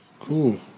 Cool